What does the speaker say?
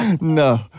No